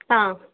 ಹಾಂ